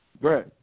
great